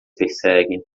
perseguem